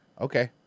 Okay